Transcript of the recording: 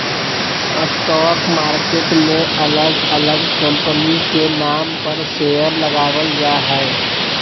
stock market मे अलग अलग कंपनी के नाम पर शेयर लगावल जा हय